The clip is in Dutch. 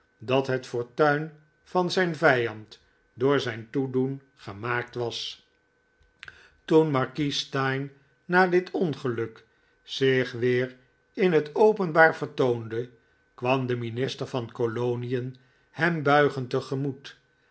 dat het fortuin van zijn vijand door zijn toedoen gemaakt was toen markies steyne na dit ongeluk zich weer in het openbaar vertoonde kwam de minister van kolonien hem buigend tegemoet